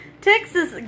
Texas